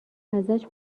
ازش